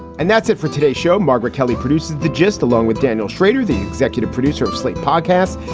and that's it for today show, margaret kelly produces the gist, along with daniel shrader, the executive producer of slate podcasts.